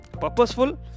purposeful